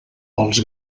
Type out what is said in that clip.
els